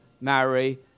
marry